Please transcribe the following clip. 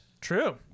True